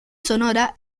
sonora